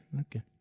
okay